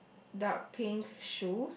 dark pink shoes